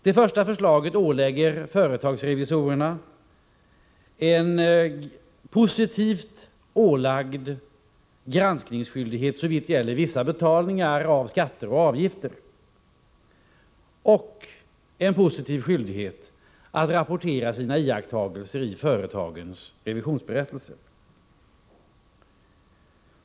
Det första förslaget ålägger företagsrevisorerna en positiv granskningsskyldighet såvitt gäller vissa betalningar av skatter och avgifter och en positiv skyldighet att rapportera sina iakttagelser i företagens revisionsberättelser.